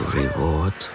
reward